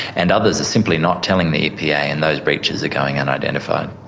and others are simply not telling the epa and those breaches are going unidentified.